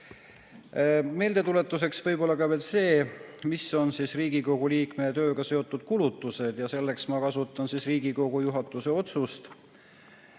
Meeldetuletuseks võib-olla ka veel see, mis on Riigikogu liikme tööga seotud kulutused, ja selleks ma kasutan Riigikogu juhatuse otsust,